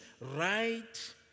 right